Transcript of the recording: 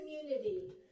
community